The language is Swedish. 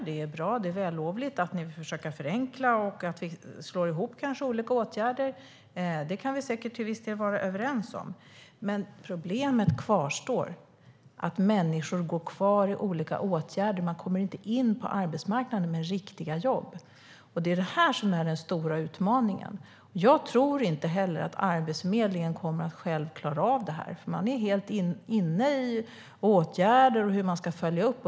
Det är bra och vällovligt att nu försöka förenkla och slå ihop olika åtgärder - det kan vi kanske till viss del vara överens om - men problemet kvarstår, att människor går kvar i olika åtgärder. De kommer inte in på arbetsmarknaden med riktiga jobb. Det är det här som är den stora utmaningen. Jag tror inte heller att Arbetsförmedlingen kommer att klara av detta själv. Man är helt inne i åtgärder och hur man ska följa upp.